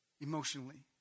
emotionally